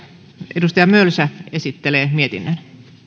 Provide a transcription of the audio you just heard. edustaja mölsä esittelee mietinnön